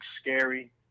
scary